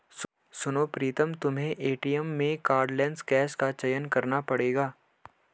सुनो प्रीतम तुम्हें एटीएम में कार्डलेस कैश का चयन करना पड़ेगा